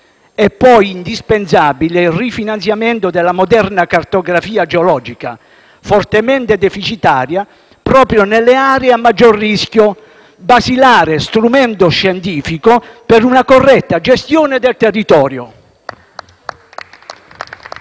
È, poi, indispensabile il rifinanziamento della moderna cartografia geologica, fortemente deficitaria proprio nelle aree a maggior rischio, basilare strumento scientifico per una corretta gestione del territorio.